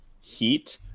Heat